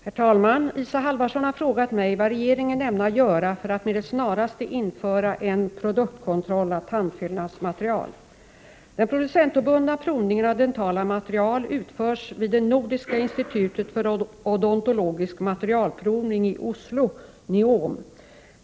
Herr talman! Isa Halvarsson har frågat mig vad regeringen ämnar göra för att med det snaraste införa en produktkontroll av tandfyllnadsmaterial. Den producentobundna provningen av dentala material utförs vid Nordiska institutet för odontologisk materialprovning i Oslo .